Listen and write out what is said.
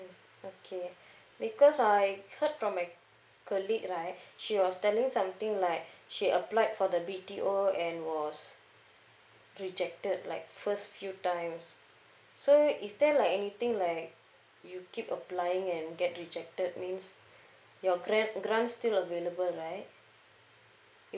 okay because I heard from my colleague right she was telling something like she applied for the B_T_O and was rejected like first few times so is there like anything like you keep applying and get rejected means your grant grant still available right it